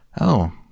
Oh